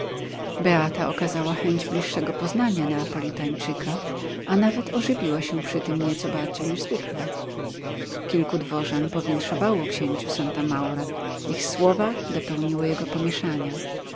beata okazała chęć bliższego poznania neapolitańczyka a nawet ożywiła się przy tym nieco bardziej niż zwykle kilku dworzan powinszowało księciu santa maura tak świetnego tryumfu ich słowa dopełniły jego pomieszania